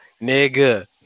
Nigga